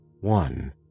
one